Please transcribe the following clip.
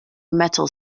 metal